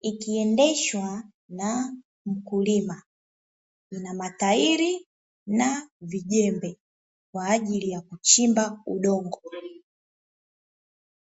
ikiendeshwa na mkulima na matairi na jembe kwa ajili ya kuchimba udongo.